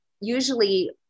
Usually